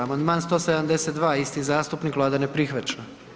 Amandman 172. isti zastupnik Vlada ne prihvaća.